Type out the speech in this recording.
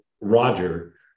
Roger